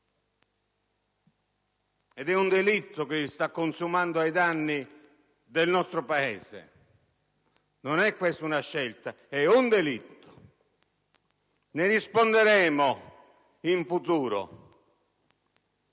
Ed è un delitto che si sta consumando ai danni del nostro Paese. Questa non è una scelta, è un delitto. Ne risponderemo in futuro